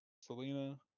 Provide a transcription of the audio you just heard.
Selena